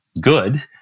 good